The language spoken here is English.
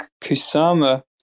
Kusama